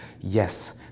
Yes